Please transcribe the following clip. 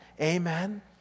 Amen